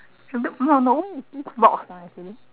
the no no what is this box ah actually